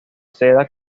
seda